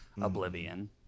Oblivion